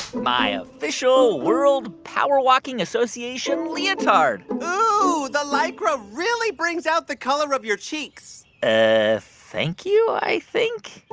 my official world power walking association leotard ooh, the lycra really brings out the color of your cheeks ah, thank you, i think?